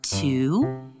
Two